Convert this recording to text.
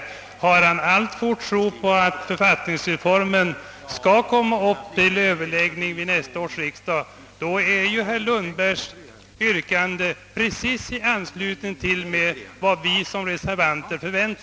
Tror han alltfort på att författningsreformen skall behandlas vid nästa års riksdag, ansluter sig herr Lundbergs yrkande precis till vad vi som reservanter förväntar.